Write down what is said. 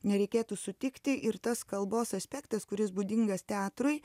nereikėtų sutikti ir tas kalbos aspektas kuris būdingas teatrui